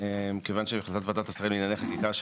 מכיוון שהחלטת ועדת השרים לענייני חקיקה אומרת